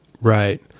Right